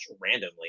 randomly